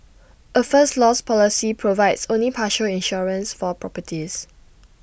A first loss policy provides only partial insurance for properties